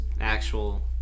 actual